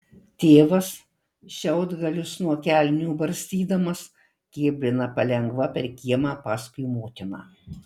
tėvas šiaudgalius nuo kelnių barstydamas kėblina palengva per kiemą paskui motiną